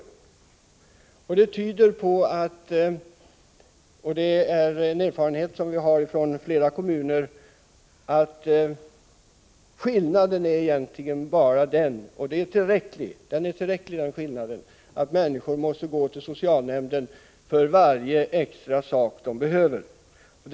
Det tyder på — och det är en erfarenhet som vi har från flera kommuner — att skillnaden egentligen bara är den att människor måste gå till socialnämnden för varje extra sak de behöver. Det är en tillräcklig skillnad.